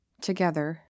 together